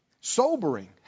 sobering